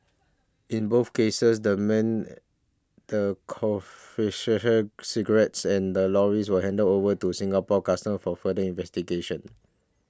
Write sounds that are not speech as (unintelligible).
in both cases the men the (unintelligible) cigarettes and the lorries were handed over to Singapore Customs for further investigations